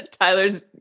Tyler's